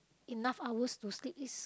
enough hours to sleep is